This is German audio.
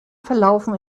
verlaufen